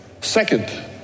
second